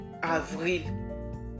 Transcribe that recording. Avril